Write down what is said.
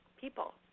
people